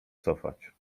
cofać